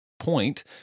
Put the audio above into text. Point